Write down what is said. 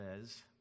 says